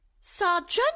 Sergeant